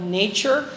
nature